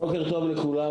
בוקר טוב לכולם,